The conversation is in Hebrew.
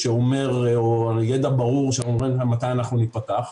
או ידע ברור שאומר מתי אנחנו ניפתח.